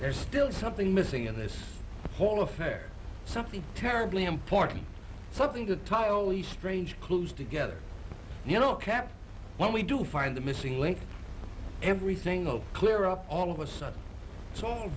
are still something missing in this whole affair something terribly important something to tie always strange clues together you know kept when we do find the missing link everything all clear up all